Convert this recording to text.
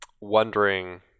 wondering